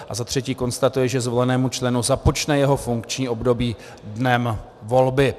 A za třetí konstatuje, že zvolenému členu započne jeho funkční období dnem volby.